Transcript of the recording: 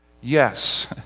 yes